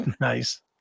Nice